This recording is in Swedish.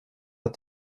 att